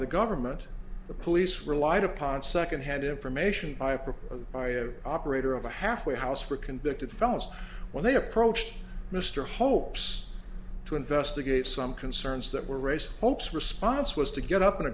the government the police relied upon secondhand information i prefer operator of a halfway house for convicted felons when they approached mr hopes to investigate some concerns that were raised hopes response was to get up and